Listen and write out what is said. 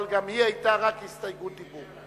אבל גם היא היתה רק הסתייגות דיבור.